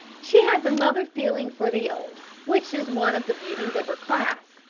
she had the mother feeling for the old, which is one of the beauties of her class,